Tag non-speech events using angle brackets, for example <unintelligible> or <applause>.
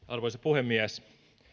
<unintelligible> arvoisa puhemies